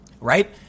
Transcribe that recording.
right